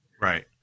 Right